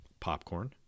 popcorn